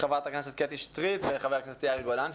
חברת הכנסת קטי שטרית וחבר הכנסת יאיר גולן,